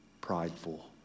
prideful